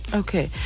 okay